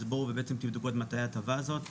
אז בואו ובעצם תבדקו את מציעי ההטבה הזאת.